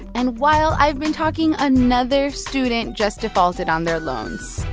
and while i've been talking, another student just defaulted on their loans.